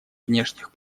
внешних